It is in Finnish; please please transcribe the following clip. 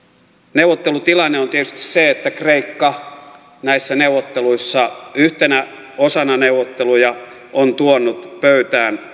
neuvottelutilanne on tietysti se että kreikka näissä neuvotteluissa yhtenä osana neuvotteluja on tuonut pöytään